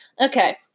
Okay